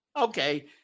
Okay